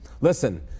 Listen